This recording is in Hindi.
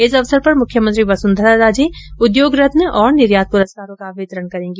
इस अवसर पर मुख्यमंत्री वसुंधरा राजे उद्योग रत्न और निर्यात पुरस्कारों का वितरण करेंगी